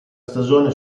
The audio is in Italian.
stagione